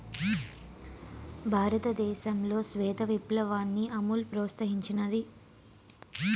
భారతదేశంలో శ్వేత విప్లవాన్ని అమూల్ ప్రోత్సహించినాది